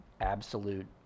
absolute